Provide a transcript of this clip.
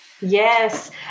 yes